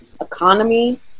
economy